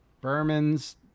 Berman's